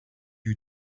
you